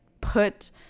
put